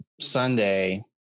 Sunday